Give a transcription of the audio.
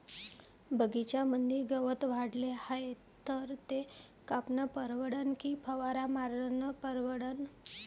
बगीच्यामंदी गवत वाढले हाये तर ते कापनं परवडन की फवारा मारनं परवडन?